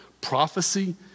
Prophecy